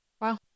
Wow